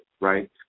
right